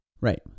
Right